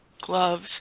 gloves